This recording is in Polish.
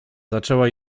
zaczęła